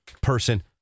Person